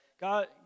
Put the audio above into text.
God